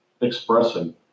expressing